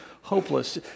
hopeless